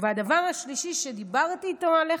הדבר השלישי שדיברתי איתך עליו,